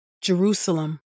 Jerusalem